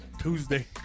Tuesday